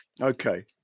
Okay